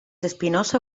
espinoso